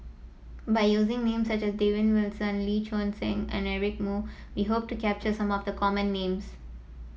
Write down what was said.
by using names such as David Wilson Lee Choon Seng and Eric Moo we hope to capture some of the common names